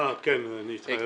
אה, כן, אני התחייבתי.